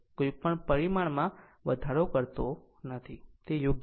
કોઈ પણ પરિમાણમાં વધારો કરતો નથી તે યોગ્ય છે